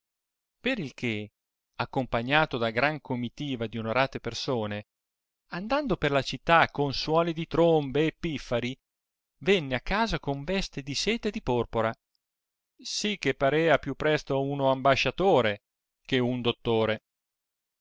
che accompagnato da gran comitiva di onorate persone andando per la città con suoni di trombe e piffari venne a casa con veste di seta e di porpora si che parca più presto uno ambasciatore che un dottore